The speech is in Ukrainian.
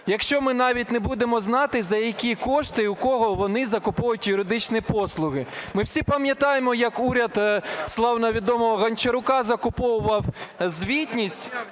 якщо ми навіть не будемо знати, за які кошти і у кого вони закуповують юридичні послуги? Ми всі пам'ятаємо, як уряд славно відомого Гончарука закуповував звітність